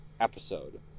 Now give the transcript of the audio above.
episode